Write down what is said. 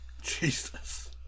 Jesus